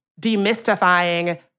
demystifying